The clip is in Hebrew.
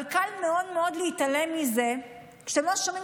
אבל קל מאוד מאוד להתעלם מזה כשאתם לא שומעים